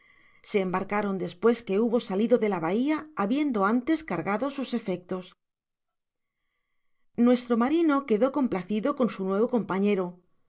se embarcaron despues que hubo salido de la bahia habiendo antes cargado sus efectos nuestro marino quedó complacido con su nuevo compañero sus